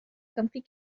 comfy